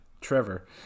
Trevor